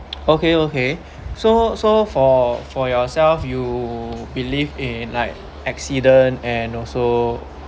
okay okay so so for for yourself you believe in like accident and also